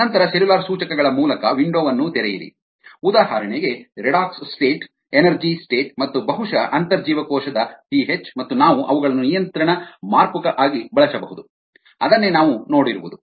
ನಂತರ ಸೆಲ್ಯುಲಾರ್ ಸೂಚಕಗಳ ಮೂಲಕ ವಿಂಡೋವನ್ನು ತೆರೆಯಿರಿ ಉದಾಹರಣೆಗೆ ರೆಡಾಕ್ಸ್ ಸ್ಟೇಟ್ ಎನರ್ಜಿ ಸ್ಟೇಟ್ ಮತ್ತು ಬಹುಶಃ ಅಂತರ್ಜೀವಕೋಶದ ಪಿಹೆಚ್ ಮತ್ತು ನಾವು ಅವುಗಳನ್ನು ನಿಯಂತ್ರಣ ಮಾರ್ಪುಕ ಆಗಿ ಬಳಸಬಹುದು ಅದನ್ನೇ ನಾವು ನೋಡಿರುವುದು